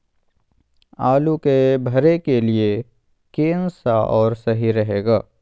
आलू के भरे के लिए केन सा और सही रहेगा?